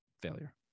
failure